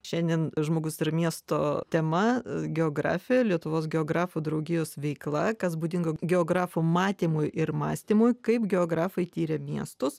šiandien žmogus ir miesto tema geografija lietuvos geografų draugijos veikla kas būdinga geografų matymui ir mąstymui kaip geografai tiria miestus